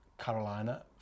Carolina